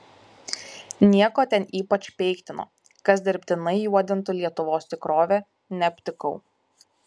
nieko ten ypač peiktino kas dirbtinai juodintų lietuvos tikrovę neaptikau